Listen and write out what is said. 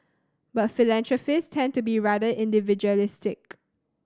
but philanthropists tend to be rather individualistic